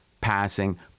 passing